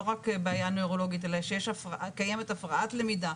לא רק בעיה נוירולוגית אלא שקיימת הפרעת למידה,